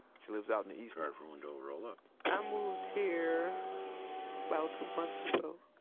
she lives out in the east now i moved here about two months ago.